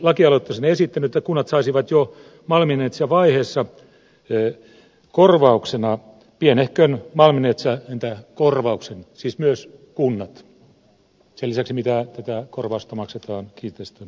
olenkin lakialoitteessani esittänyt että kunnat saisivat jo malminetsintävaiheessa korvauksena pienehkön malminetsintäkorvauksen siis myös kunnat sen lisäksi mitä tätä korvausta maksetaan kiinteistön omistajalle